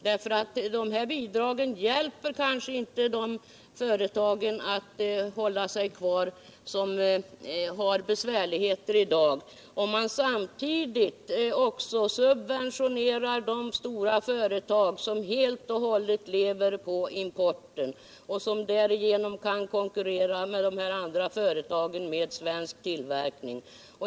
Sysselsättningsbidragen till teko hjälper inte de företag som har besvärligheter i dag, om man samtidigt subventionerar de stora företag som helt och hållet lever på import och som därigenom kan konkurrera med de företag som ägnar sig åt svensk tillverkning.